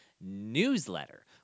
newsletter